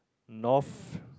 North